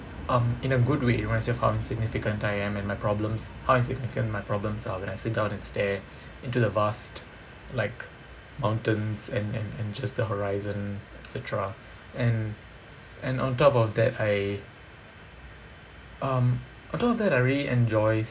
um in a good way you know it's just how insignificant I am and my problems how insignificant my problems are when I think out and stare into the vast like mountains and and and just the horizon et cetera and and on top of that I um on top of that I really enjoy